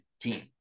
team